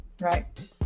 Right